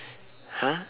!huh!